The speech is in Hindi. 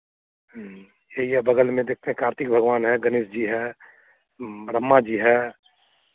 ह्म्म यही है बगल में देखते हैं कार्तिक भगवान हैं गणेश जी हैं ब्रह्मा जी हैं